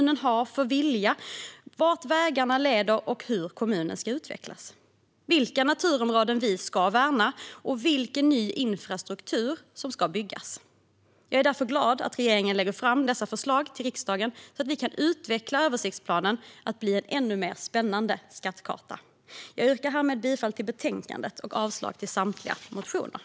Den beskriver vart vägarna leder och hur kommunen ska utvecklas, vilka naturområden som ska värnas och vilken ny infrastruktur som ska byggas. Jag är därför glad att regeringen lägger fram dessa förslag till riksdagen för att utveckla översiktsplanen till att bli en ännu mer spännande skattkarta. Jag yrkar härmed bifall till förslaget i betänkandet och avslag på samtliga motioner.